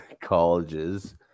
colleges